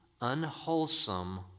unwholesome